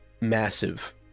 massive